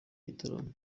giterane